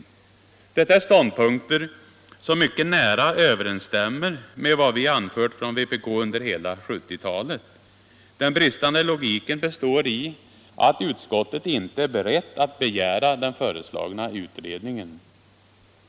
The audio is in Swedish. Detta är ståndpunkter som mycket nära överensstämmer med vad vi anfört från vpk under hela 1970-talet. Den bristande logiken består i att utskottet inte är berett att begära den föreslagna utredningen.